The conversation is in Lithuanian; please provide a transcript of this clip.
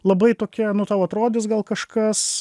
labai tokia nu tau atrodys gal kažkas